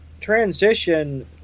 transition